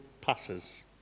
passes